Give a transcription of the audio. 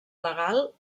legal